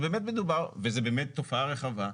וזה באמת תופעה רחבה,